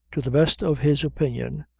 to the best of his opinion,